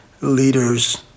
leaders